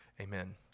amen